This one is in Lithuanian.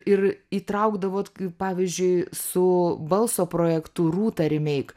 ir įtraukdavot kai pavyzdžiui su balso projektu rūta remake